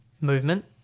movement